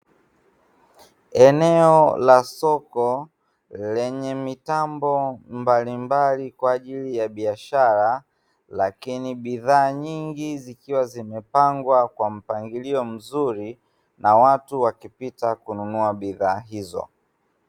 Eneo la soko lenye mitambo mbalimbali kwa ajili ya biashara lakini bidhaa nyingi zikiwa zimepangwa kwa mpangilio mzuri na watu wakipita kununua bidhaa hizo.